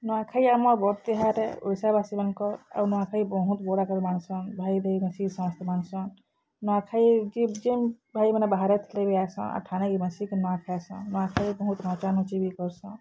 ନୂଆଖାଇ ଆମର୍ ବଡ଼୍ ତିହାର୍ ଆଏ ଓଡ଼ିଶାବାସୀମାନଙ୍କର୍ ଆଉ ନୂଆଖାଇ ବହୁତ୍ ବଡ଼୍ ଆକାର୍ରେ ମାନ୍ସନ୍ ଭାଇ ଦେଇ ମିଶିକି ସମସ୍ତେ ମାନ୍ସନ୍ ନୂଆଖାଇ ଯେନ୍ ଭାଇମାନେ ବାହାରେ ଥିଲେ ବି ଆଏସନ୍ ଆର୍ ଠାନେ ବସିକି ନୂଆଖାଏସନ୍ ନୂଆଖାଇ ବହୁତ୍ ନଚା ନୁଚି ବି କର୍ସନ୍